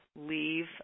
leave